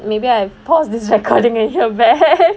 maybe I pause this recording and hear back